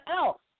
else